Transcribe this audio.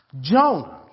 Jonah